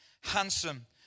handsome